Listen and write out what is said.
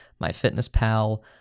MyFitnessPal